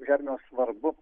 gervėms svarbu